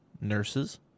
nurses